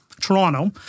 Toronto